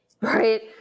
right